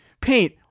paint